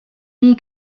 nii